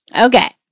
okay